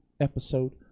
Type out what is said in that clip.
episode